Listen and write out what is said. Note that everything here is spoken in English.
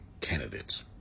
candidates